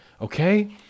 okay